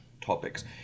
topics